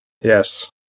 Yes